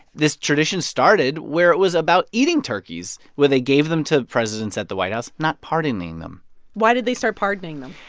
this tradition started where it was about eating turkeys, where they gave them to presidents at the white house not pardoning them why did they start pardoning them?